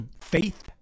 faith